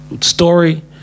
Story